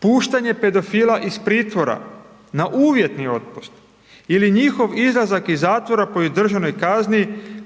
puštanje pedofila iz pritvora na uvjetni otpust ili njihov izlazak iz zatvora po izdržanoj kazni